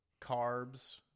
carbs